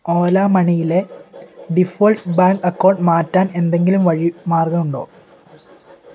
ഓല മണിയിലെ default bank account മാറ്റാൻ എന്തെങ്കിലും വഴി മാർഗം ഉണ്ടോ